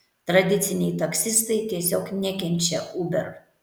tradiciniai taksistai tiesiog nekenčia uber